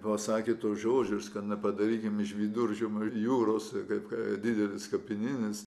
pasakė tuos žodžius kad nepadarykim iš viduržemio jūros kaip kad didelis kapinynas